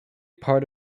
part